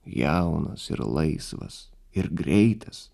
jaunas ir laisvas ir greitas